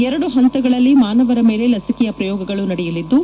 ಎರಡು ಹಂತದಲ್ಲಿ ಮಾನವರ ಮೇಲೆ ಲಸಿಕೆಯ ಪ್ರಯೋಗಗಳು ನಡೆಯಲಿದ್ದು